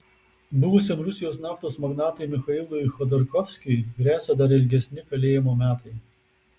buvusiam rusijos naftos magnatui michailui chodorkovskiui gresia dar ilgesni kalėjimo metai